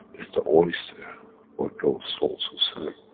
is the oyster for those souls who serve.